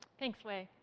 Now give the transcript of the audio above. thanks, wei.